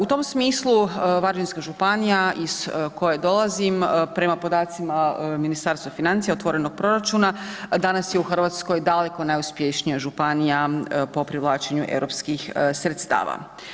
U tom smislu Varaždinska županija iz koje dolazim prema podacima Ministarstva financija, otvorenog proračuna danas je u RH daleko najuspješnija županija po privlačenju europskih sredstava.